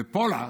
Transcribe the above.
ופולה,